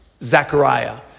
Zechariah